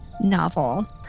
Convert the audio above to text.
Novel